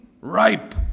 ripe